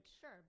sure